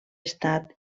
estat